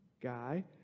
guy